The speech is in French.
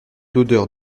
l’odeur